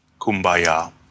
Kumbaya